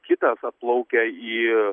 kitas atplaukia į